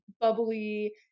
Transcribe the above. bubbly